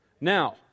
Now